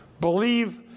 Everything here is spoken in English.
believe